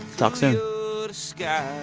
talk soon see